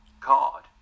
card